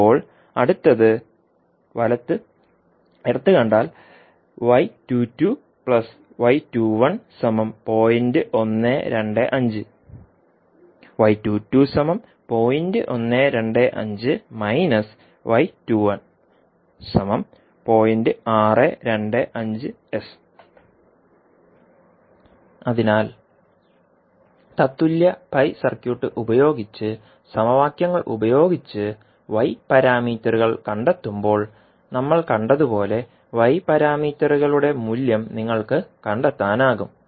ഇപ്പോൾ അടുത്തത് വലത് ഇടത് കണ്ടാൽ അതിനാൽ തത്തുലൃ പൈ സർക്യൂട്ട് ഉപയോഗിച്ച് സമവാക്യങ്ങൾ ഉപയോഗിച്ച് y പാരാമീറ്ററുകൾ കണ്ടെത്തുമ്പോൾ നമ്മൾ കണ്ടതുപോലെ y പാരാമീറ്ററുകളുടെ മൂല്യം നിങ്ങൾക്ക് കണ്ടെത്താനാകും